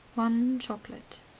one chocolate.